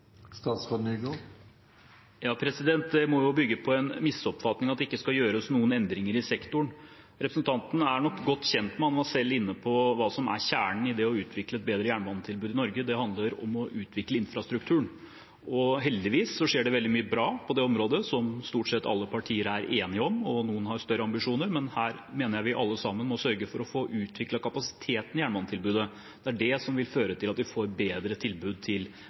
Det må bygge på en misoppfatning at det ikke skal gjøres noen endringer i sektoren. Representanten er nok godt kjent med – og han var selv inne på det – hva som er kjernen i å utvikle et bedre jernbanetilbud i Norge. Det handler om å utvikle infrastrukturen. Heldigvis skjer det veldig mye bra på det området, noe stort sett alle partier er enige om. Noen har større ambisjoner, men her mener jeg vi alle sammen må sørge for å få utviklet kapasiteten i jernbanetilbudet. Det er det som vil føre til at vi får et bedre tilbud til